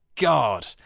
God